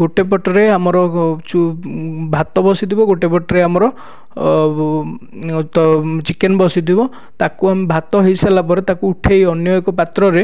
ଗୋଟିଏ ପଟରେ ଆମର ଯେଉଁ ଭାତ ବସିଥିବ ଗୋଟିଏ ପଟରେ ଆମର ତ ଚିକେନ ବସିଥିବ ତାକୁ ଆମେ ଭାତ ହୋଇ ସାରିଲା ପରେ ତାକୁ ଉଠାଇ ଅନ୍ୟ ଏକ ପାତ୍ରରେ